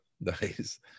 nice